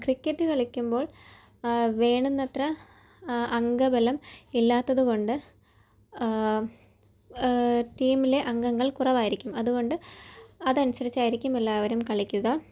cricket കളിക്കുമ്പോൾ വേണ്ടുന്നത്ര അംഗബലം ഇല്ലാത്തത് കൊണ്ട് ടീമിലെ അംഗങ്ങൾ കുറവായിരിക്കും അത്കൊണ്ട് അത് അനുസരിച്ചായിരിക്കും എല്ലാവരും കളിക്കുക